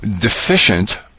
deficient